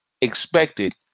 expected